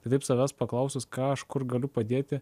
tai taip savęs paklausus ką aš kur galiu padėti